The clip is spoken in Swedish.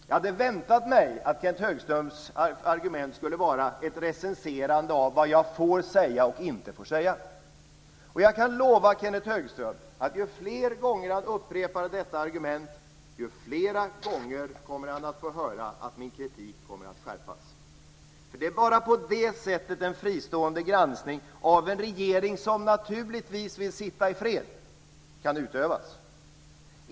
Jag hade väntat mig att Kenth Högströms argument skulle vara ett recenserande av vad jag får säga och inte får säga. Jag kan lova Kenth Högström att ju fler gånger han upprepar detta argument, desto fler gånger kommer han att höra att min kritik kommer att skärpas. Det är bara på det sättet en fristående granskning av en regering som naturligtvis vill sitta i fred kan utövas.